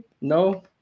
No